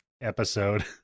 episode